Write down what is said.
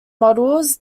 models